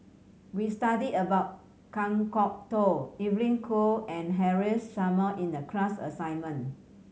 we studied about Kan Kwok Toh Evelyn Goh and Haresh Sharma in the class assignment